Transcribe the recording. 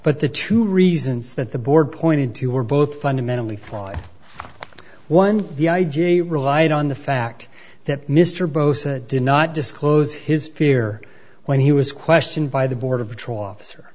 but the two reasons that the board pointed to were both fundamentally flawed one the id relied on the fact that mr bosa did not disclose his fear when he was questioned by the border patrol officer